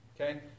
okay